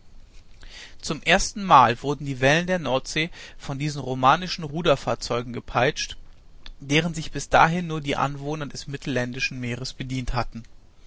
zum erstenmal wurden die wellen der nordsee von diesen romanischen ruderfahrzeugen gepeitscht deren sich bis dahin nur die anwohner des mittelländischen meeres bedient hatten